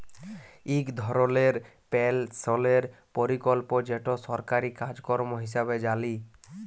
ইক ধরলের পেলশলের পরকল্প যেট সরকারি কার্যক্রম হিঁসাবে জালি